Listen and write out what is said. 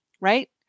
right